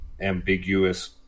ambiguous